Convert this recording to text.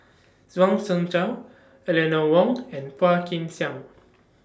Zhuang Shengtao Eleanor Wong and Phua Kin Siang